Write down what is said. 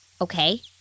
Okay